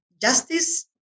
justice